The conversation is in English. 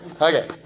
Okay